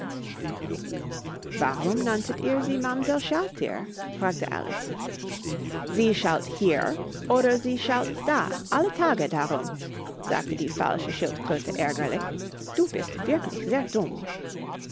warum nanntet ihr sie mamsell schalthier fragte alice sie schalt hier oder sie schalt da alle tage darum sagte die falsche schildkröte ärgerlich du bist wirklich sehr dumm